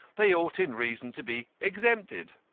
they ought in reason to be exempted.